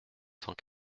cent